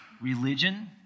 religion